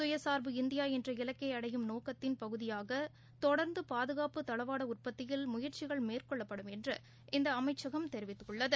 சுயசார்பு இந்தியாஎன்ற இலக்கைஅடையும் நோக்கத்தின் ஒருபகுதியாகதொடர்ந்துபாதுகாப்பு தளவாடஉற்பத்தியில் முயற்சிகள் மேற்கொள்ளப்படும் என்றுஅந்தஅமைச்சகம் தெரிவித்துள்ளது